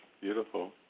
beautiful